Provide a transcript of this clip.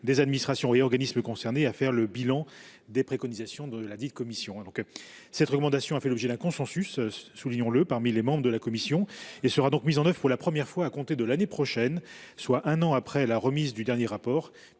des administrations et des organismes concernés y sont invités à faire le bilan des préconisations de la commission. Cette recommandation a fait l’objet d’un consensus, soulignons le, parmi les membres de la commission et sera mise en œuvre pour la première fois à compter de l’année prochaine, soit un an après la remise du dernier rapport,